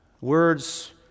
Words